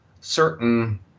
certain